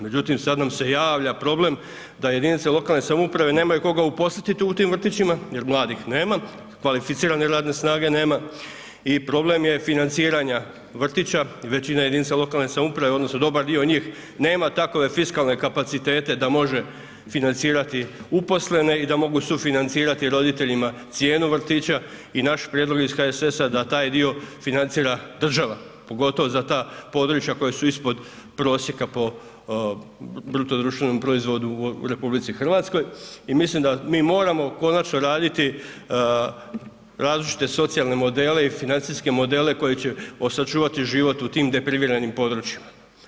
Međutim, sad nam se javlja problem da jedinice lokalne samouprave nemaju koga uposliti tu u tim vrtićima jer mladih nema, kvalificirane radne snage nema i problem je financiranja vrtića i većina jedinica lokalne samouprave odnosno dobar dio njih nema takove fiskalne kapacitete da može financirati uposlene i da mogu sufinancirati roditeljima cijenu vrtića i naš prijedlog iz HSS-a da taj dio financira država pogotovo za ta područja koja su ispod prosjeka po BDP-u u RH i mislim da mi moramo konačno raditi različite socijalne modele i financijske modele koji će sačuvati život u tim depriviranim područjima.